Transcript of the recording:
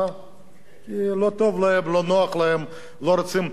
כי לא טוב להם, לא נוח להם, לא רוצים לשמוע את זה,